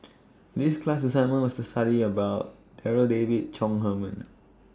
This class assignment was study about Darryl David Chong Heman